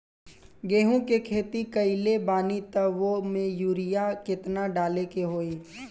गेहूं के खेती कइले बानी त वो में युरिया केतना डाले के होई?